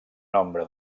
nombre